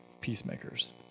peacemakers